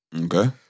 Okay